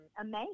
amazed